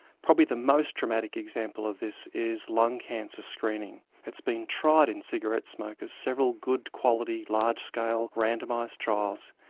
probably the most dramatic example of this is lung cancer screening. it's been tried in cigarette smokers. several good quality, large scale, randomised trials.